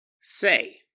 Say